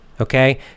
okay